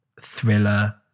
thriller